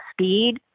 speed